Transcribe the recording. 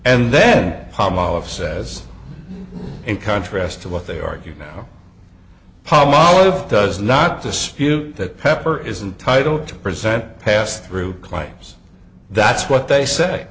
and then palmolive says in contrast to what they argued now palmolive does not dispute that pepper is entitle to present passthrough claims that's what they say